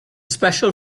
special